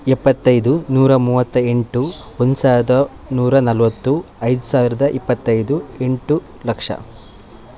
ಎಪ್ಪತ್ತೈದು ನೂರ ಮೂವತ್ತ ಎಂಟು ಒಂದು ಸಾವಿರದ ನೂರ ನಲ್ವತ್ತು ಐದು ಸಾವಿರದ ಇಪ್ಪತ್ತೈದು ಎಂಟು ಲಕ್ಷ